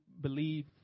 believe